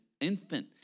infant